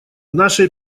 нашей